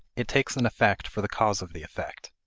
it takes an effect for the cause of the effect.